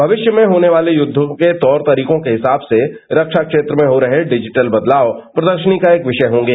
भविष्य में होने वाले युद्धों के तौर तरीकों के हिसाब से रखा क्षेत्र में हो रहे डिजिटल बदलाव प्रदर्शनी का एक विष्य होंगे